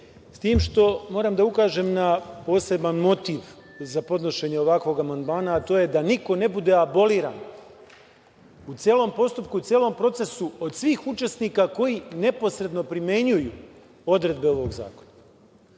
s tim što moram da ukažem na poseban motiv za podnošenje ovakvog amandmana, a to je da niko ne bude aboliran u celom postupku, u celom procesu od svih učesnika koji neposredno primenjuju odredbe ovog zakona. Imajući